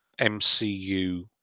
MCU